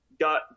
got